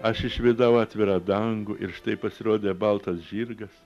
aš išvydau atvirą dangų ir štai pasirodė baltas žirgas